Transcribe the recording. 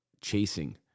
chasing